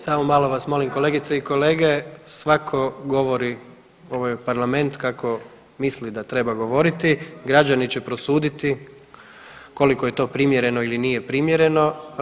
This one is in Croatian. Samo malo vas molim kolegice i kolege, svako govori, ovo je parlament, kako misli da treba govoriti, građani će prosuditi koliko je to primjereno ili nije primjereno.